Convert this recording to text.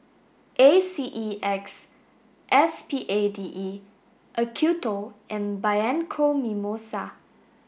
A C E X S P A D E Acuto and Bianco Mimosa